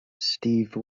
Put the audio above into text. steve